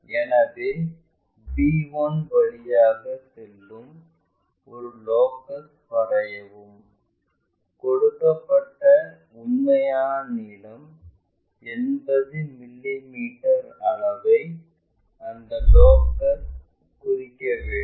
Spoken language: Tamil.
எனவே b1 வழியாக செல்லும் ஒரு லோக்கஸ் வரையவும் கொடுக்கப்பட்ட உண்மையான நீளம் 80 மிமீ அளவை இந்த லோக்கஸ்ல் குறிக்க வேண்டும்